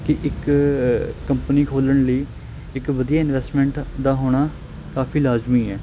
ਕਿ ਇੱਕ ਕੰਪਨੀ ਖੋਲ੍ਹਣ ਲਈ ਇੱਕ ਵਧੀਆ ਇਨਵੈਸਟਮੈਂਟ ਦਾ ਹੋਣਾ ਕਾਫ਼ੀ ਲਾਜ਼ਮੀ ਹੈ